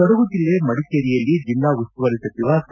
ಕೊಡಗು ಜಿಲ್ಲೆ ಮಡಿಕೇರಿಯಲ್ಲಿ ಜಿಲ್ಲಾ ಉಸ್ತುವಾರಿ ಸಚಿವ ಸಾ